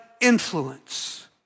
influence